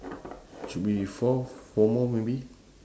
should be four four more maybe